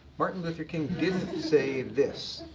martin luther king didn't say this,